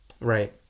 right